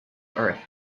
earth